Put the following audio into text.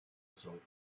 results